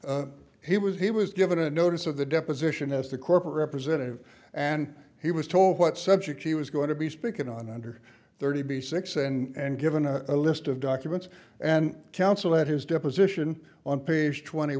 purdah he was he was given a notice of the deposition as the corporate president and he was told what subject he was going to be speaking on under thirty b six and given a list of documents and counsel at his deposition on page twenty